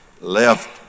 left